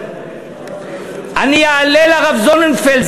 אני אעלה לרב זוננפלד,